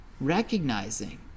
recognizing